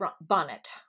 bonnet